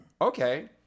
Okay